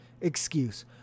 excuse